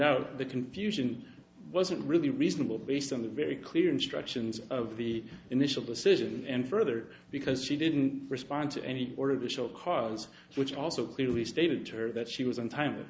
out the confusion wasn't really reasonable based on the very clear instructions of the initial decision and further because she didn't respond to any or additional cards which also clearly stated to her that she was on time